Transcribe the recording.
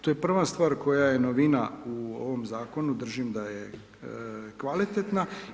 To je prva stvar koja je novina u ovom Zakonu, držim da je kvalitetna.